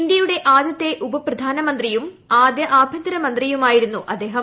ഇന്തൃയുടെ ആദ്യത്തെ ഉപപ്രധാനമന്ത്രിയും ആദ്യ ആഭ്യന്തര മന്ത്രിയും ആയിരുന്നു അദ്ദേഹം